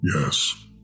Yes